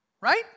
Right